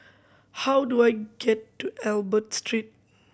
how do I get to Albert Street